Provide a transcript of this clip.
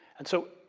and so,